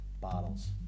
bottles